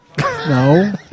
No